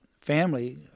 family